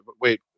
wait